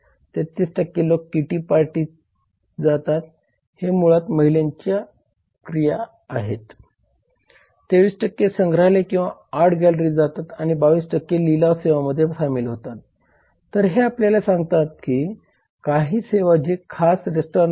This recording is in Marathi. ग्राहक शिक्षण म्हणजे उत्पादने आणि सेवांविषयी शिक्षित होण्याचा अधिकार आहे तर हे विशेष हितसंबंधी गटांचे कार्य आहेत